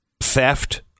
theft